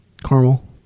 Caramel